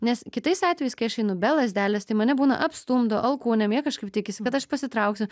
nes kitais atvejais kai aš einu be lazdelės tai mane būna apstumdo alkūnėm jie kažkaip tikisi kad aš pasitrauksiu